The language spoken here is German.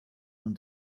und